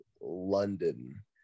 London